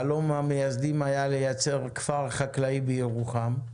חלום המייסדים היה לייצר כפר חקלאי בירוחם.